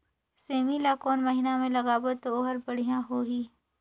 सेमी ला कोन महीना मा लगाबो ता ओहार बढ़िया होही?